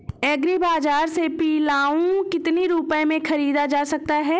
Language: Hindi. एग्री बाजार से पिलाऊ कितनी रुपये में ख़रीदा जा सकता है?